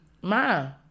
ma